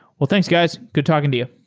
well, thanks guys. good talking to you.